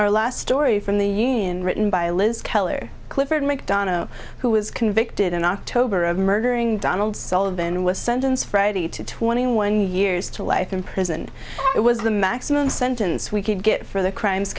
our last story from the union written by liz keller clifford mcdonough who was convicted in october of murdering donald sullivan was sentenced friday to twenty one years to life in prison it was the maximum sentence we could get for the crimes